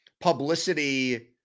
publicity